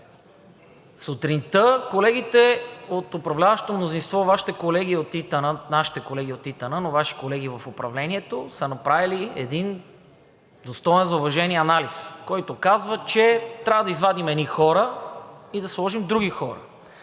Сутринта колегите от управляващото мнозинство, Вашите колеги от ИТН, нашите колеги от ИТН, но Ваши колеги в управлението, са направили един достоен за уважение анализ, който казва, че трябва да извадим едни хора и да сложим други хора.